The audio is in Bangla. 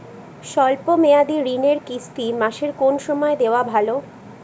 শব্দ মেয়াদি ঋণের কিস্তি মাসের কোন সময় দেওয়া ভালো?